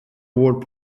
whole